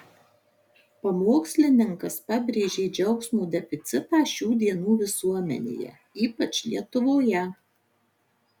pamokslininkas pabrėžė džiaugsmo deficitą šių dienų visuomenėje ypač lietuvoje